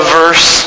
verse